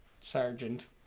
sergeant